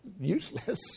useless